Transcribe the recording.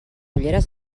ulleres